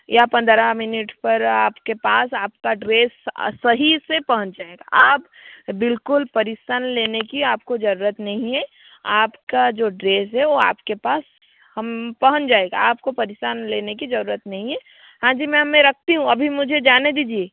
या पंद्रह मिनिट पर आपके पास आपका ड्रेस सही से पहुंच जाएगा आप बिल्कुल परेशानी लेने की आपको ज़रूरत नहीं है आपका जो ड्रेस है वो आपके पास हम पहुंच जाएगा आपको परेशानी लेने की ज़रूरत नहीं है हाँ जी मैम मैं रखती हूँ अभी मुझे जाने दीजिए